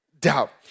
doubt